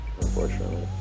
unfortunately